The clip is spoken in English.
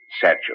satchel